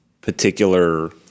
particular